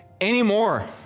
anymore